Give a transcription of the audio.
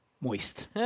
Moist